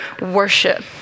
worship